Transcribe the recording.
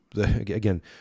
again